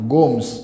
Gomes